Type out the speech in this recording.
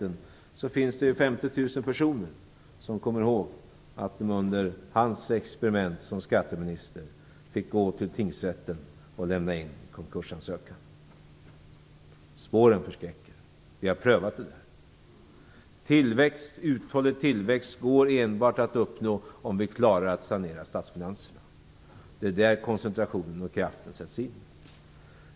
Men det finns 50 000 personer som kommer ihåg att de under hans experiment som skatteminister fick gå till tingsrätten och lämna in sin konkursansökan. Spåren förskräcker. Vi har prövat det där. Uthållig tillväxt går det att uppnå enbart om vi klarar att sanera statsfinanserna. Det är där koncentrationen och kraften sätts in.